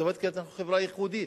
חברה ייחודית.